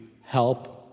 help